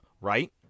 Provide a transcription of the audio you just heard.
right